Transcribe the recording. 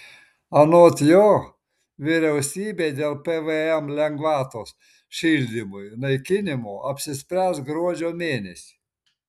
anot jo vyriausybė dėl pvm lengvatos šildymui naikinimo apsispręs gruodžio mėnesį